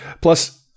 Plus